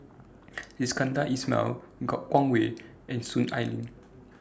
Iskandar Ismail Han Guangwei and Soon Ai Ling